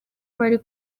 bari